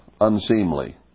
unseemly